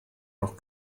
noch